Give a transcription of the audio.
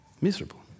Miserable